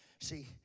See